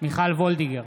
מיכל וולדיגר,